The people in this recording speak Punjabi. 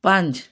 ਪੰਜ